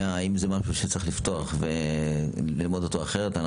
האם זה משהו שצריך לפתוח ולאמוד אותו אחרת?